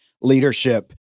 leadership